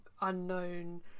unknown